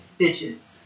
bitches